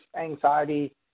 anxiety